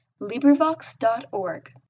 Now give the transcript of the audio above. LibriVox.org